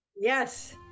Yes